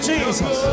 Jesus